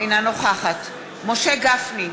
אינה נוכחת משה גפני,